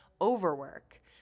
overwork